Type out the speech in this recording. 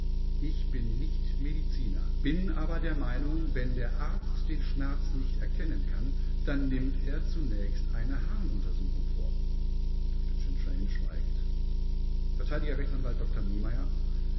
ich bin nicht mediziner bin aber der meinung wenn der arzt den schmerz nicht erkennen kann dann nimmt er zunächst eine harnuntersuchung vor dr chantraine schweigt vert rechtsanwalt dr niemeyer